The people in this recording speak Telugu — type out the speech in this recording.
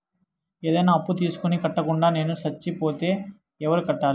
ఏదైనా అప్పు తీసుకొని కట్టకుండా నేను సచ్చిపోతే ఎవరు కట్టాలి?